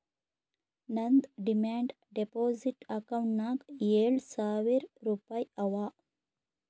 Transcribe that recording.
ನಂದ್ demand deposit ಅಕೌಂಟ್ನಾಗ್ ಏಳ್ ಸಾವಿರ್ ರುಪಾಯಿ ಅವಾ